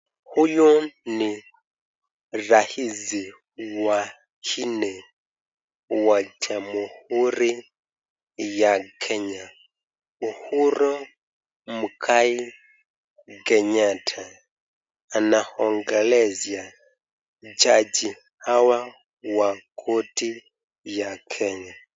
Huyu ni raisi wa nne wa Jamhuri ya Kenya, Uhuru Mwigai Kenyatta anaongelesha jaji hawa wa koti ya Kenya.